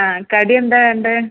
ആ കടി എന്താണ് വേണ്ടത്